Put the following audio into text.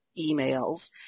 emails